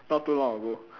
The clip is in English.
not too long ago